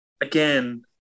again